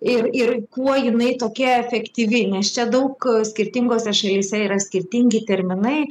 ir ir kuo jinai tokia efektyvi nes čia daug skirtingose šalyse yra skirtingi terminai